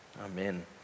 Amen